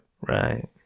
Right